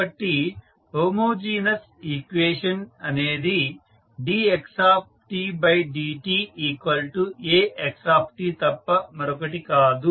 కాబట్టి homogeneous equation అనేది dxdtAxt తప్ప మరొకటి కాదు